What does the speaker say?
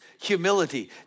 humility